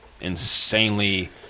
Insanely